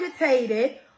agitated